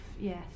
yes